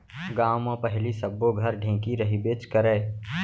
गॉंव म पहिली सब्बो घर ढेंकी रहिबेच करय